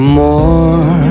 more